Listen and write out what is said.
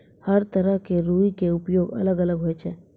हर तरह के रूई के उपयोग अलग अलग होय छै